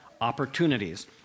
opportunities